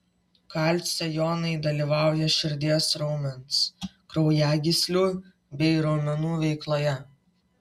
kalcio jonai dalyvauja širdies raumens kraujagyslių bei raumenų veikloje